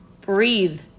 breathe